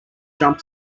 jump